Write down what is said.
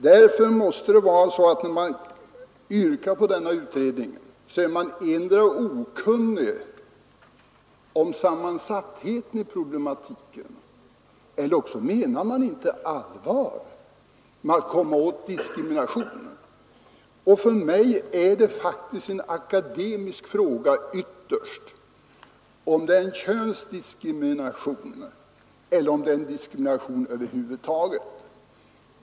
Yrkar man på en sådan utredning måste man därför antingen vara okunnig om hur sammansatt problematiken är, eller också menar man inte allvar med att det gäller att komma åt diskrimineringen. För mig är det faktiskt ytterst en akademisk fråga om det är en könsdiskriminering eller en diskriminering över huvud taget.